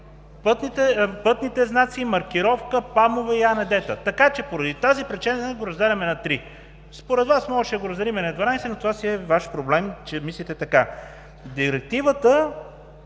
пътните знаци, маркировка, ПАМ-ове и АНД-та. Така че поради тази причина ние го разделяме на три. Според Вас можеше да го разделим на 12, но това си е Ваш проблем, че мислите така. Обхватът